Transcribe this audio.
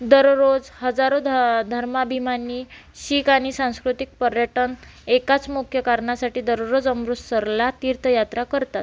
दररोज हजारो ध धर्माभिमानी शीख आणि सांस्कृतिक पर्यटन एकाच मुख्य कारणासाठी दररोज अमृतसरला तीर्थयात्रा करतात